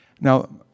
Now